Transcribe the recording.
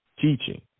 teaching